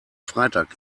freitag